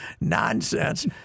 nonsense